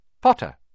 Potter